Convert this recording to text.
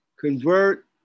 convert